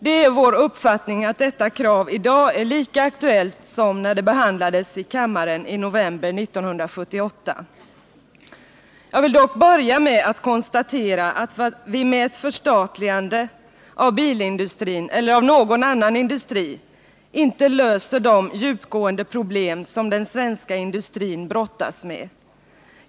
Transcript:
Det är vår uppfattning att detta krav i dag är lika aktuellt som när det behandladades i kammaren i november 1978. Jag vill dock börja med att konstatera att vi med ett förstatligande av bilindustrin eller av någon annan industri inte löser de djupgående problem 63 som den den svenska industrin brottas med.